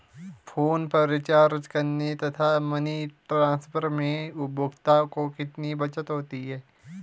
Phone पर recharge करने तथा मनी ट्रांसफर में उपभोक्ता को कितनी बचत हो सकती है?